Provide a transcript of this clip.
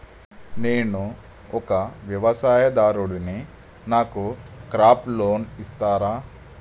నేను ఒక వ్యవసాయదారుడిని నాకు క్రాప్ లోన్ ఇస్తారా?